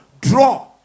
draw